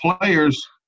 players